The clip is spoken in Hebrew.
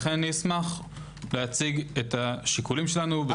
לכן אשמח להציג את שיקולינו.